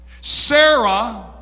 Sarah